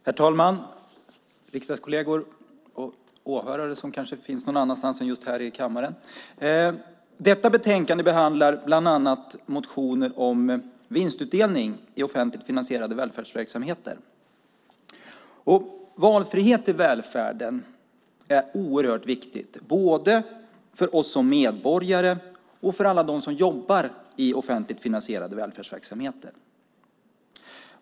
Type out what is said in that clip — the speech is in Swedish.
Herr talman! Riksdagskolleger och åhörare som finns någon annanstans än just här i kammaren! Detta betänkande behandlar bland annat motioner om vinstutdelning i offentligt finansierade välfärdsverksamheter. Valfrihet i välfärden är oerhört viktigt, både för oss som medborgare och för alla dem som jobbar i offentligt finansierade välfärdsverksamheter.